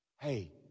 hey